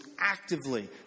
actively